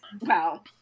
wow